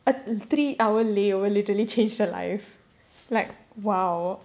a three hour lay over literally changed her life like !wow!